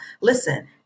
listen